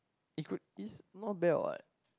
it could is not bad what